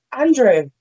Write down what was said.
Andrew